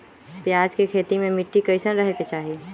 प्याज के खेती मे मिट्टी कैसन रहे के चाही?